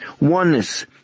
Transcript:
oneness